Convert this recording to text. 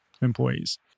employees